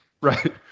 right